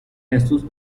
jesús